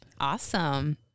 Awesome